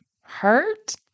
Hurt